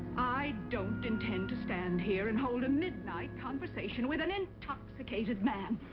i don't intend to stand here and hold a midnight conversation. with an intoxicated man.